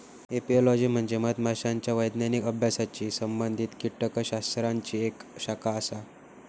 apiology म्हणजे मधमाशांच्या वैज्ञानिक अभ्यासाशी संबंधित कीटकशास्त्राची एक शाखा आसा